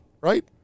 right